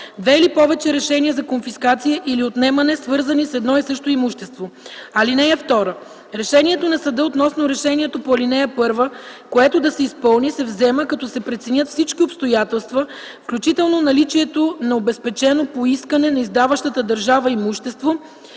две или повече решения за конфискация или отнемане, свързани с едно и също имущество. (2) Решението на съда относно решението по ал. 1, което да се изпълни, се взема, като се преценят всички обстоятелства, включително наличието на обезпечено по искане на издаващата държава имущество,